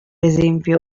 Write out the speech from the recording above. esempio